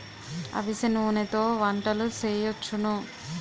అవిసె నూనెతో వంటలు సేయొచ్చును